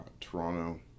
Toronto